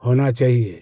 होना चाहिए